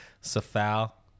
Safal